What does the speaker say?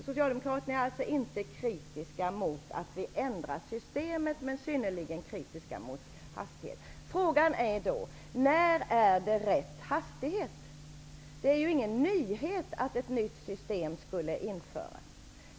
Socialdemokraterna är inte kritiska mot att vi ändrar systemet, men de är synnerligen kritiska mot hastigheten. Frågan är då: När är det rätt hastighet? Det är inte någon nyhet att ett nytt system skulle införas.